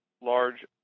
large